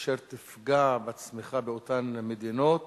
אשר תפגע בצמיחה באותן מדינות